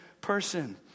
person